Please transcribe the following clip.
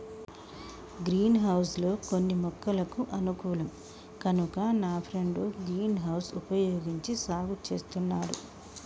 green house లో కొన్ని మొక్కలకు అనుకూలం కనుక నా ఫ్రెండు గ్రీన్ హౌస్ వుపయోగించి సాగు చేస్తున్నాడు